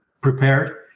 prepared